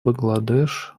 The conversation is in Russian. бангладеш